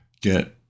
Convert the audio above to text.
get